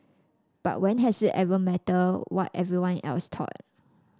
but when has it ever mattered what anyone else thought